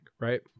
right